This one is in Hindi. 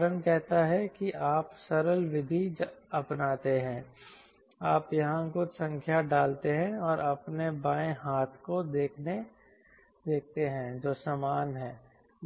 उदाहरण कहता है कि आप सरल विधि अपनाते हैं आप यहां कुछ संख्या डालते हैं और अपने बाएं हाथ को देखते हैं जो समान है